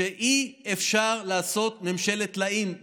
שאי-אפשר לעשות ממשלת טלאים.